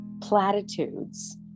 platitudes